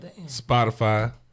Spotify